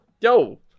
yo